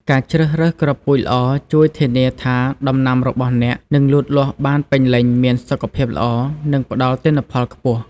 ការជ្រើសរើសគ្រាប់ពូជល្អជួយធានាថាដំណាំរបស់អ្នកនឹងលូតលាស់បានពេញលេញ មានសុខភាពល្អ និងផ្តល់ទិន្នផលខ្ពស់។